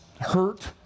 hurt